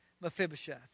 Mephibosheth